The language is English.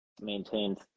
maintained